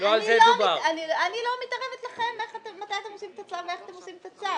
אני לא מתערבת לכם מתי אתם עושים את הצו ואיך אתם עושים את הצו,